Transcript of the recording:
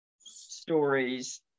stories